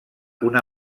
una